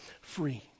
free